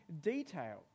detail